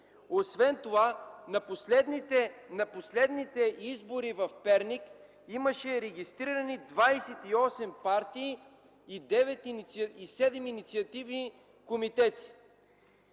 човека. На последните избори в Перник имаше регистрирани 28 партии и 7 инициативни комитети.